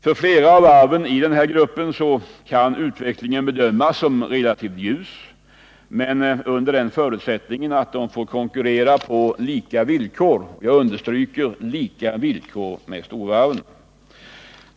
För flera av varven i denna grupp kan utvecklingen bedömas som relativt ljus, men detta under förutsättning att de får konkurrera på — och jag betonar detta —lika villkor med storvarven.